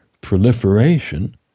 proliferation